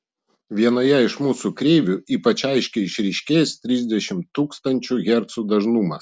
vienoje iš mūsų kreivių ypač aiškiai išryškėjęs trisdešimt tūkstančių hercų dažnumas